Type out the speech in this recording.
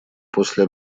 после